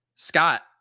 Scott